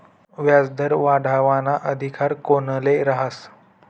व्याजदर वाढावाना अधिकार कोनले रहास?